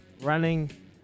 Running